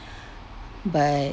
but